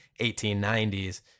1890s